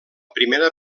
primera